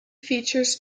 features